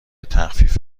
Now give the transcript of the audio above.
تخفیف